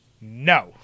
No